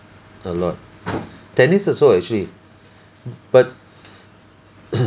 a lot tennis also actually but